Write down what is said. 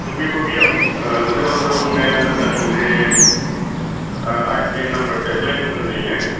बे बुब्लियाव सोरबा सोरबा बुंनाय आं खोनादों जे आइ एस बि नाम्बार थायोब्ला मोजां जायोनो